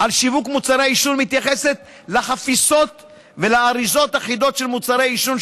על שיווק מוצרי עישון מתייחסת לחפיסות ולאריזות אחידות של מוצרי עישון,